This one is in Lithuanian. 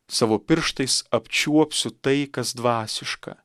savo pirštais apčiuopsiu tai kas dvasiška